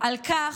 על כך,